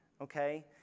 Okay